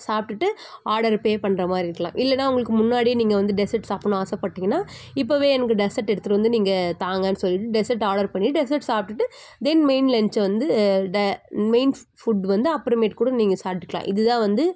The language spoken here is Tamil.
சாப்பிட்டுட்டு ஆர்டர் பே பண்ணுற மாதிரி இருக்கலாம் இல்லைனா உங்களுக்கு முன்னாடியே நீங்கள் வந்து டெஸர்ட் சாப்பிட்ணுன்னு ஆசைப்பட்டிங்கனா இப்போவே எனக்கு டெஸர்ட் எடுத்துகிட்டு வந்து நீங்கள் தாங்கனு சொல்லிட்டு டெஸர்ட் ஆர்டர் பண்ணி டெஸர்ட் சாப்பிட்டுட்டு தென் மெயின் லஞ்ச்சை வந்து ட மெயின்ஸ் ஃபு ஃபுட் வந்து அப்புறமேட்டுக்கூட சாப்பிட்டுக்கலாம் இது தான் வந்து